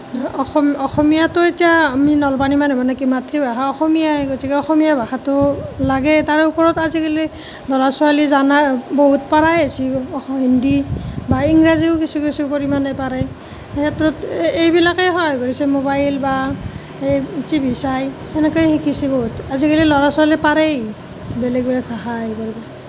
অঁ অসম অসমীয়াটো এতিয়া আমি নলবাৰীৰ মানুহ মানে কি মাতৃভাষা অসমীয়াই গতিকে অসমীয়া ভাষাটো লাগেই তাৰ ওপৰত আজিকালি ল'ৰা ছোৱালী জানাই বহুত পাৰাই হৈছে অস হিন্দী বা ইংৰাজীও কিছু কিছু পৰিমাণে পাৰে সেই ক্ষেত্ৰত এই এইবিলাকেই সহায় কৰিছে মোবাইল বা এই টিভি চাই সেনেকৈয়ে শিকিছে বহুত আজিকালি ল'ৰা ছোৱালীয়ে পাৰেই বেলেগ বেলেগ ভাষা হেৰি কৰিবলৈ